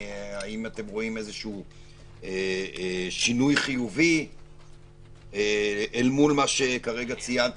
האם אתם רואים שינוי חיובי אל מול מה שכרגע ציינתי,